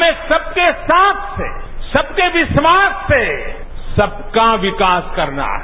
हमें सबके साथ सेसबके विश्वास से सबका विकासकरना है